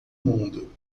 mundo